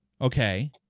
okay